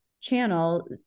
channel